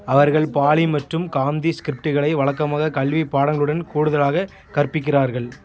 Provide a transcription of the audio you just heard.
அவர்கள் பாலி மற்றும் காம்தி ஸ்க்ரிப்ட்களை வழக்கமான கல்வி பாடங்களுடன் கூடுதலாக கற்பிக்கிறார்கள்